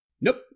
Nope